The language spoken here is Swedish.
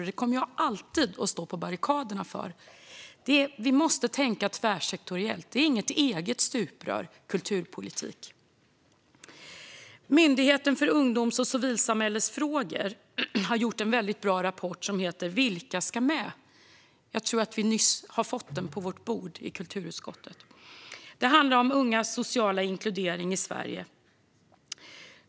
Detta kommer jag alltid att stå på barrikaderna för. Vi måste tänka tvärsektoriellt; kulturpolitiken är inget eget stuprör. Myndigheten för ungdoms och civilsamhällesfrågor har skrivit en väldigt bra rapport som heter Vilka ska med? Ungas sociala inkludering i Sverige . Jag tror att vi nyss har fått den på vårt bord i kulturutskottet. Den handlar alltså om ungas sociala inkludering i Sverige.